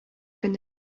көне